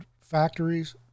factories